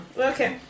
okay